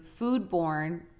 foodborne